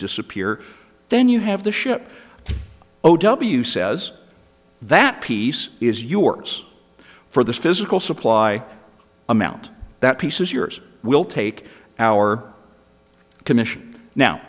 disappear then you have the ship o w says that piece is yours for this physical supply amount that piece is yours we'll take our commission now